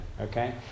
okay